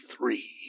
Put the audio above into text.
three